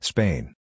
Spain